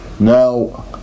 Now